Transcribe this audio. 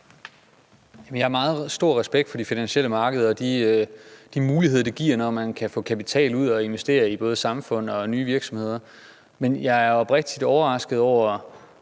Jeg har meget stor respekt for de finansielle markeder og de muligheder, de giver, når man kan få kapital ud og arbejde i både samfund og nye virksomheder. Men jeg er oprigtig overrasket over,